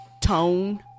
tone